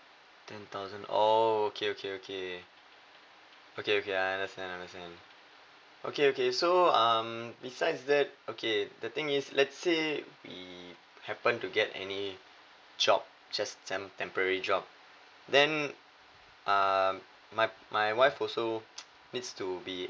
ten thousand oh okay okay okay okay okay I understand understand okay okay so um besides that okay the thing is let's say we happen to get any job just temp~ temporary job then um my my wife also needs to be